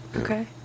Okay